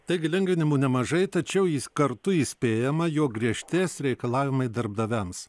taigi lengvinimų nemažai tačiau jis kartu įspėjama jog griežtės reikalavimai darbdaviams